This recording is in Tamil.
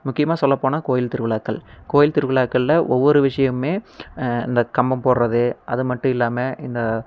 முக்கியமாக சொல்லப்போனால் கோயில் திருவிழாக்கள் கோயில் திருவிழாக்களில் ஒவ்வொரு விஷயமுமே இந்த கம்பம் போடுகிறது அது மட்டும் இல்லாமல் இந்த